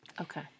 Okay